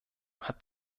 hat